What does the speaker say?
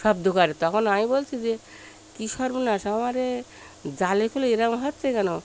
সব দোকানে তখন আমি বলছি যে কী সর্বনাশ আমার এ জাল ইয়ে করলে এ রকম হচ্ছে কেন